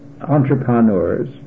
entrepreneurs